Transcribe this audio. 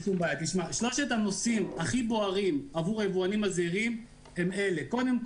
שלושת הנושאים הכי בוערים עבור היבואנים הזעירים הם אלה: קודם כול,